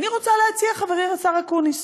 אני רוצה להציע, חברי השר אקוניס